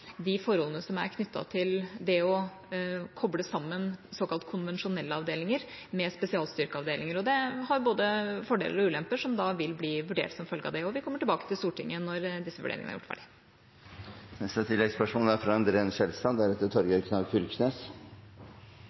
de forholdene som er knyttet til det å koble sammen såkalte konvensjonelle avdelinger med spesialstyrkeavdelinger. Det har både fordeler og ulemper, som da vil bli vurdert som følge av det. Vi kommer tilbake til Stortinget når disse vurderingene er gjort ferdig.